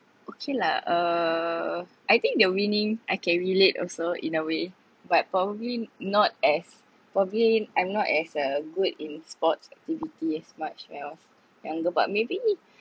okay lah uh I think the winning I can relate also in a way but probably not as for me I'm not as a good in sports activity as much when I was younger but maybe